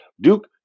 Duke